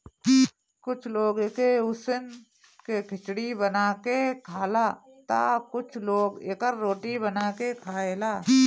कुछ लोग एके उसिन के खिचड़ी बना के खाला तअ कुछ लोग एकर रोटी बना के खाएला